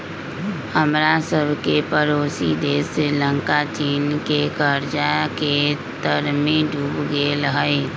हमरा सभके पड़ोसी देश श्रीलंका चीन के कर्जा के तरमें डूब गेल हइ